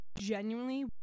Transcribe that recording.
Genuinely